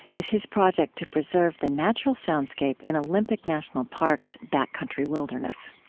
is his project to preserve the natural soundscape in olympic national park's backcountry wilderness.